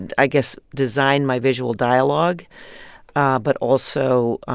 and i guess, design my visual dialogue ah but also